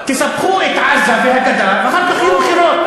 תספחו את עזה והגדה, ואחר כך יהיו בחירות.